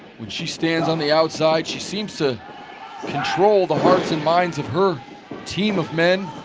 when she stands on the outside she seems to control the hearts and minds of her team of men